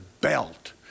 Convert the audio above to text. belt